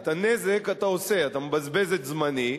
את הנזק אתה עושה, אתה מבזבז את זמני.